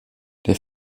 der